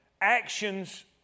actions